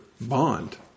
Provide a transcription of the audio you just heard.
bond